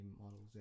models